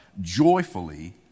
joyfully